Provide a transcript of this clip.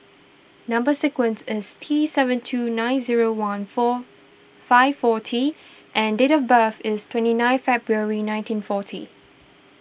Number Sequence is T seven two nine zero one four five four T and date of birth is twenty nine February nineteen forty